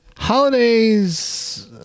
Holidays